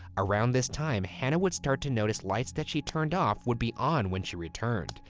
around this time, hannah would start to notice lights that she turned off would be on when she returned.